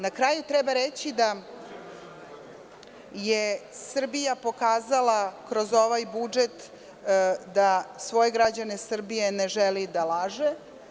Na kraju treba reći da je Srbija kroz ovaj budžet pokazala da svoje građane Srbije ne želi da laže.